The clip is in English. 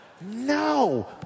no